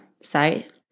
site